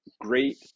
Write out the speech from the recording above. great